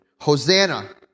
Hosanna